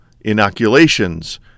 inoculations